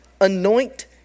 anoint